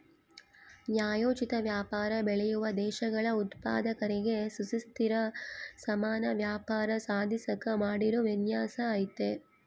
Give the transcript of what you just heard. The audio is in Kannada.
ನ್ಯಾಯೋಚಿತ ವ್ಯಾಪಾರ ಬೆಳೆಯುವ ದೇಶಗಳ ಉತ್ಪಾದಕರಿಗೆ ಸುಸ್ಥಿರ ಸಮಾನ ವ್ಯಾಪಾರ ಸಾಧಿಸಾಕ ಮಾಡಿರೋ ವಿನ್ಯಾಸ ಐತೆ